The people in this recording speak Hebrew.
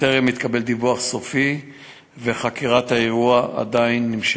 טרם התקבל דיווח סופי וחקירת האירוע עדיין נמשכת.